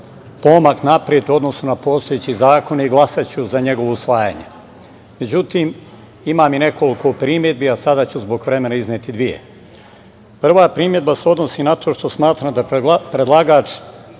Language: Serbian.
pomak napred u odnosu na postojeći zakon i glasaću za njegovo usvajanje.Međutim, imam i nekoliko primedbi i sada ću zbog vremena izneti samo dve. Prva primedba se odnosi na to što smatram da predlagač